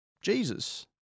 Jesus